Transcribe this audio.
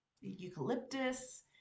eucalyptus